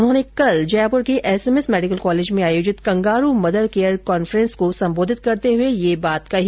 उन्होने कल जयपुर के एमएमएस मेडिकल कॉलेज में आयोजित कंगारू मदर केयर कॉन्फ्रेंस को संबोधित करते हुए यह बात कही